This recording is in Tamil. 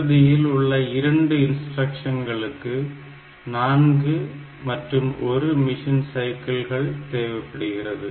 இறுதியில் உள்ள இரண்டு இன்ஸ்டிரக்ஷன்களுக்கு 4 மற்றும் 1 மிஷின் சைக்கிள் தேவைப்படுகிறது